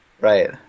Right